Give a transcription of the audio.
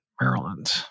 Maryland